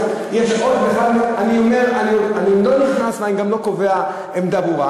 אני לא נכנס, ואני גם לא קובע עמדה ברורה.